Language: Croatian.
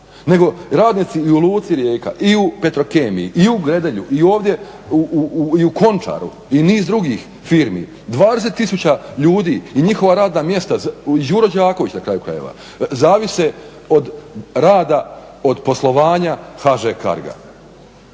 nego radnici i u Luci Rijeka i u Petrokemiji i u Gredelju i ovdje u Končaru i niz drugih firmi. 20 tisuća ljudi i njihova radna mjesta i Đuro Đaković na kraju krajeva zavise od rada, od poslovanja HŽ carga.